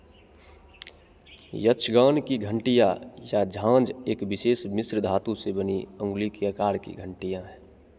यशगान की घंटियाँ या झाँझ एक विशेष मिश्र धातु से बनी उँगली के आकार की घंटियाँ हैं